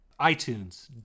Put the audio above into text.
iTunes